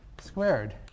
squared